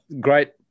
great